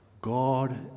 God